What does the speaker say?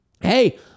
Hey